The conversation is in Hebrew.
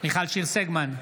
מיכל שיר סגמן,